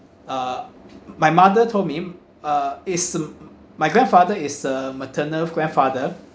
uh my mother told me uh is my grandfather is a maternal grandfather